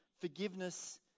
forgiveness